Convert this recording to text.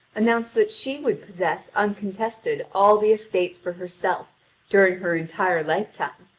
announced that she would possess uncontested all the estates for herself during her entire lifetime,